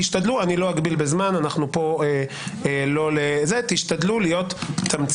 תשתדלו אני לא אגביל בזמן תשתדלו להיות תמציתיים.